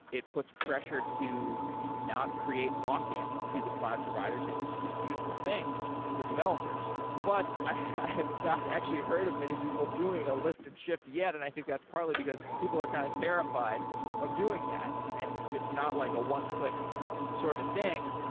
it puts pressure to not create lock-in to the cloud providers, and this is a beautiful thing for developers, but i've not actually heard of many people doing a lift and shift yet, and i think that's probably because people are kind of terrified of doing that and it's not like a one click sort of thing.